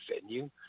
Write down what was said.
venue